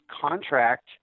contract